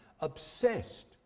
obsessed